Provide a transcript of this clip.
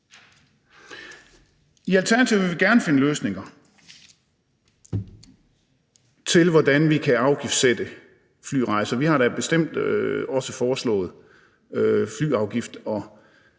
I Alternativet vil vi gerne finde løsninger til, hvordan vi kan lægge afgift på flyrejser. Vi har da bestemt også foreslået flyafgift. Vi skal